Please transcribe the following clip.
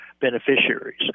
beneficiaries